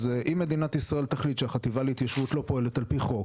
אז אם מדינת ישראל תחליט שהחטיבה להתיישבות לא פועלת על פי חוק,